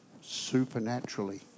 supernaturally